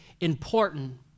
important